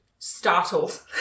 startled